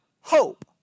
hope